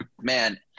Man